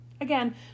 Again